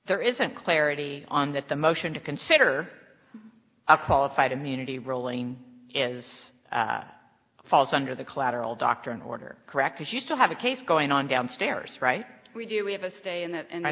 there isn't clarity on that the motion to consider a qualified immunity rolling is falls under the collateral doctrine order correct if you still have a case going on downstairs right we do we have a stay in that and